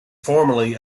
formerly